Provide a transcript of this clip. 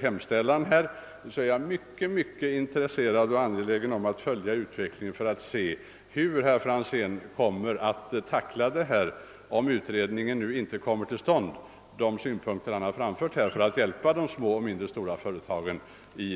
hemställan och utredningen alltså inte kommer till stånd är jag mycket intresserad av att följa utvecklingen för att få se hur herr Franzén kommer att handla i syfte att stödja de små och medelstora företagen.